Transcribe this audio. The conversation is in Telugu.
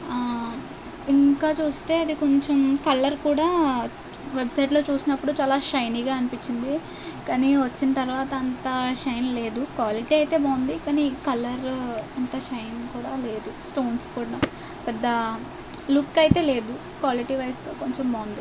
ఇంకా చూస్తే అది కొంచెం కలర్ కూడా వెబ్సైట్లో చూసినప్పుడు చాలా షైనీగా అనిపించింది కానీ వచ్చిన తరువాత అంత షైన్ లేదు క్వాలిటీ అయితే బాగుంది కానీ కలర్ అంత షైన్ కూడా లేదు స్టోన్స్ కూడా పెద్ద లుక్ అయితే లేదు క్వాలిటీ వైస్గా కొంచెం బాగుంది